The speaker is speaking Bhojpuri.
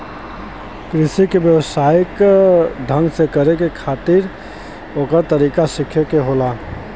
कृषि के व्यवसायिक ढंग से करे खातिर ओकर तरीका सीखे के होला